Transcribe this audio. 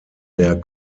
der